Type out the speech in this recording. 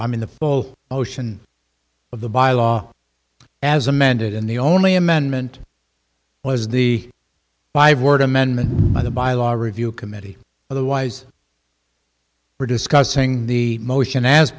mean the full motion of the bylaw as amended in the only amendment was the five word amendment by the bylaws review committee otherwise we're discussing the motion as